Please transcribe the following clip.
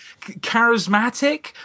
charismatic